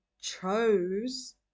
chose